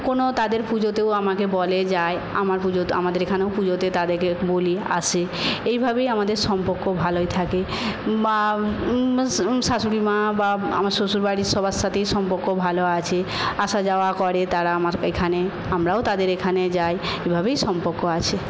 কোনো তাদের পুজোতেও আমাকে বলে যায় আমার পুজো আমাদের এখানেও পুজোতে তাদেরকে বলি আসে এইভাবেই আমাদের সম্পর্ক ভালোই থাকে বা শাশুড়ি মা বা আমার শ্বশুরবাড়ির সবার সাথেই সম্পর্ক ভালো আছে আসা যাওয়া করে তারা আমার এখানে আমরাও তাদের এখানে যাই এভাবেই সম্পর্ক আছে